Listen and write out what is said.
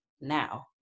now